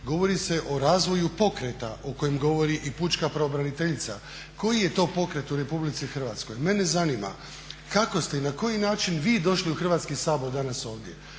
Govori se o razvoju pokreta o kojem govori i pučka pravobraniteljica. Koji je to pokret u Republici Hrvatskoj? Mene zanima kako ste i na koji način vi došli u Hrvatski sabor danas ovdje?